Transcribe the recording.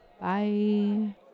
Bye